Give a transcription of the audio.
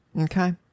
okay